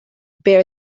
bear